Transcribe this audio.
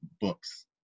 books